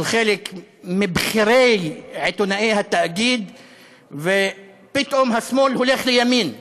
של חלק מבכירי עיתונאי התאגיד ופתאום השמאל הולך לימין,